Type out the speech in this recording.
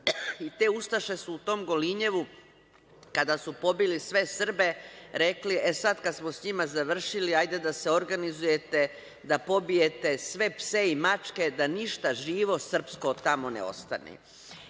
i te ustaše su u tom Golinjevu, kada su pobili sve Srbe, rekli – e sada, kada smo sa njima završili, hajde da se organizujete da pobijete sve pse i mačke, da ništa živo srpsko tamo ne ostane.E,